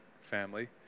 family